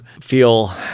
feel –